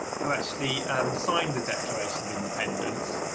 who actually and signed the declaration of independence,